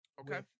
Okay